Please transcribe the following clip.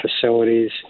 facilities